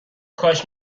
کاش